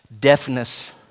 deafness